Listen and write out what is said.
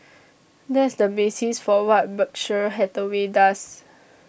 that's the basis for what Berkshire Hathaway does